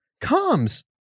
comes